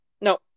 no